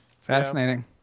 Fascinating